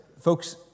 folks